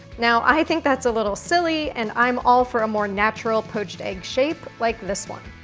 now, i think that's a little silly and i'm all for a more natural poached egg shape like this one.